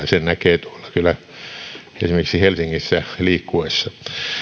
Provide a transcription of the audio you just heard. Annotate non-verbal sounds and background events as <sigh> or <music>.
<unintelligible> sen näkee kyllä esimerkiksi helsingissä liikkuessa